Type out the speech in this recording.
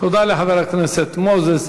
תודה לחבר הכנסת מוזס.